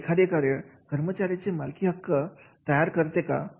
म्हणजे एखादे कार्य कर्मचाऱ्यांमध्ये मालकीहक्क तयार करते का